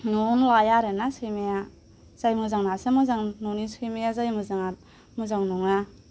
न'आवनो लाया आरोना सैमाया जाय मोजांआसो मोजां न'नि सैमाया जाय मोजाङा मोजां नङा